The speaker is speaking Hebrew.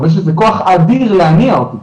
יש איזשהו כוח אדיר להניע אותי,